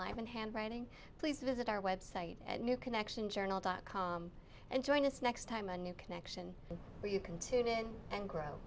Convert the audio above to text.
in handwriting please visit our website at new connection journal dot com and join us next time a new connection where you can tune in and grow